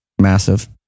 Massive